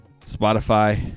Spotify